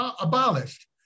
abolished